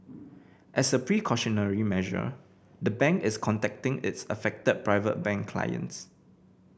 as a precautionary measure the bank is contacting its affected Private Bank clients